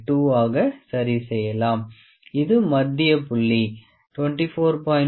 842 ஆக சரிசெய்யலாம் இது மத்திய புள்ளி 24